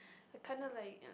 I kind of like